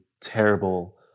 terrible